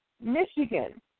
Michigan